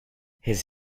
his